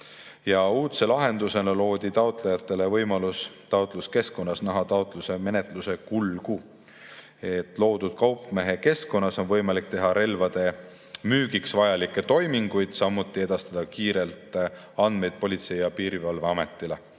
Uudse lahendusena loodi taotlejatele võimalus taotluskeskkonnas näha taotluse menetluse kulgu. Loodud kaupmehekeskkonnas on võimalik teha relvade müügiks vajalikke toiminguid, samuti edastada kiirelt andmeid Politsei‑ ja Piirivalveametile.